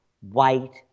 white